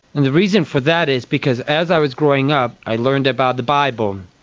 and the reason for that is because as i was growing up i learned about the bible,